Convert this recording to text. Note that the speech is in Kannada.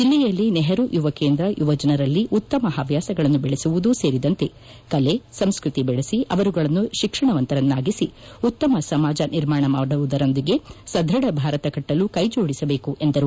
ಜಿಲ್ಲೆಯಲ್ಲಿ ನೆಹರು ಯುವ ಕೇಂದ್ರ ಯುವಜನರಲ್ಲಿ ಉತ್ತಮ ಹವ್ಹಾಸಗಳನ್ನು ಬೆಳೆಸುವುದೂ ಸೇರಿದಂತೆ ಕಲೆ ಸಂಸ್ಕೃತಿ ಬೆಳೆಸಿ ಅವರುಗಳನ್ನು ಶಿಕ್ಷಣವಂತರನ್ನಾಗಿಸಿ ಉತ್ತಮ ಸಮಾಜ ನಿರ್ಮಾಣ ಮಾಡುವುದರೊಂದಿಗೆ ಸದೃಢ ಭಾರತ ಕಟ್ಟಲು ಕೈ ಜೋಡಿಸಬೇಕು ಎಂದರು